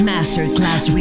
Masterclass